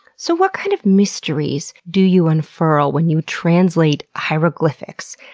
so what kind of mysteries do you unfurl when you translate hieroglyphics?